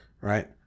Right